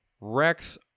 Rex